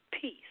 peace